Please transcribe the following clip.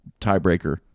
tiebreaker